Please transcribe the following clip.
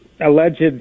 alleged